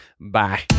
Bye